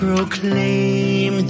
Proclaim